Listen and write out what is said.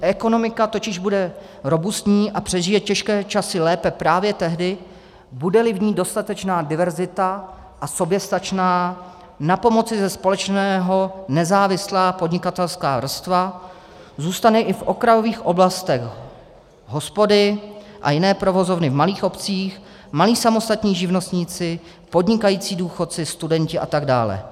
Ekonomika totiž bude robustní a přežije těžké časy lépe právě tehdy, budeli v ní dostatečná diverzita a soběstačná, na pomoci ze společného nezávislá podnikatelská vrstva zůstane i v okrajových oblastech hospody a jiné provozovny v malých obcích, malí samostatní živnostníci, podnikající důchodci, studenti atd.